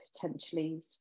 potentially